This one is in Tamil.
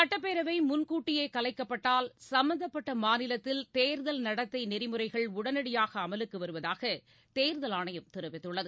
சட்டப்பேரவை முன்கூட்டியே கலைக்கப்பட்டால் சும்பந்தப்பட்ட மாநிலத்தில் தேர்தல் நடத்தை நெறிமுறைகள் உடனடியாக அமலுக்கு வருவதாக தேர்தல் ஆணையம் தெரிவித்துள்ளது